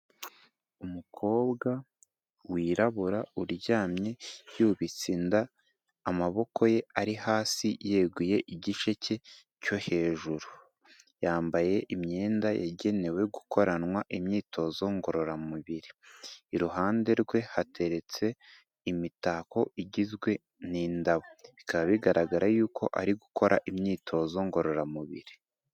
Umukobwa wirabura uryamye yubitse inda, amaboko ye ari hasi, yeguye igice cye cyo hejuru, yambaye imyenda yagenewe gukoranwa imyitozo ngororamubiri, iruhande rwe hateretse imitako igizwe n'indabo, bikaba bigaragara yuko ari gukora imyitozo ngororamubiri.